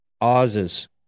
Oz's